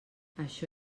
això